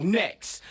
next